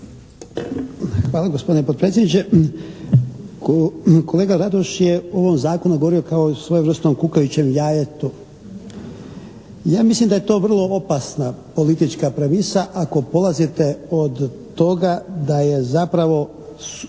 Hvala gospodine potpredsjedniče. Kolega Radoš je o ovom zakonu govorio kao o svojevrsnom kukavičjem jajetu. Ja mislim da je to vrlo opasna politička premisa ako polazite od toga da je zapravo,